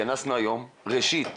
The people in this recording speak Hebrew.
התכנסנו היום, ראשית